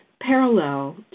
parallel